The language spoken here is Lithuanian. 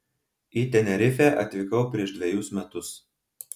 į tenerifę atvykau prieš dvejus metus